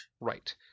right